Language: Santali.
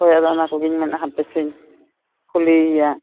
ᱦᱳᱭ ᱟᱫᱚ ᱚᱱᱟ ᱠᱚᱜᱮᱧ ᱢᱮᱱᱮᱜᱼᱟ ᱦᱟᱯᱮ ᱥᱮᱧ ᱠᱩᱞᱤᱭᱮᱭᱟ